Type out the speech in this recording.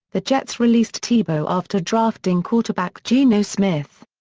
the jets released tebow after drafting quarterback geno smith.